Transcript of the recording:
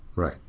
right.